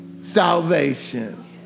salvation